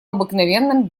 обыкновенном